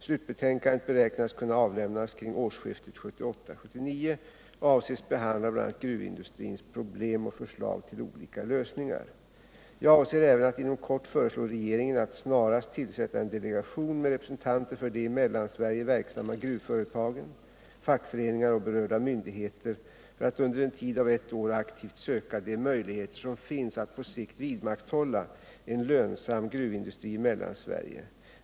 Slutbetänkandet beräknas kunna avlämnas kring årsskiftet 1978-1979 och avses behandla bl.a. gruvindustrins problem och förslag till olika lösningar. Jag avser även att inom kort föreslå regeringen att snarast tillsätta en delegation med representanter för i Mellansverige verksamma gruvföretag, fackföreningar och berörda myndigheter för att under en tid av ett år aktivt söka de möjligheter som finns att på sikt vidmakthålla en lönsam gruvindustri i Mellansverige.